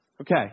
Okay